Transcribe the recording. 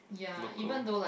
local